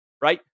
Right